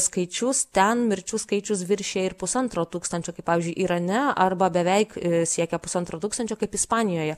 skaičius ten mirčių skaičius viršija ir pusantro tūkstančio kaip pavyzdžiui irane arba beveik siekia pusantro tūkstančio kaip ispanijoje